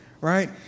right